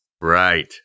Right